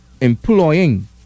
employing